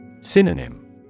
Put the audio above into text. Synonym